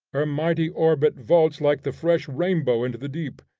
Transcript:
her mighty orbit vaults like the fresh rainbow into the deep,